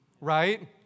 right